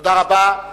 תודה רבה.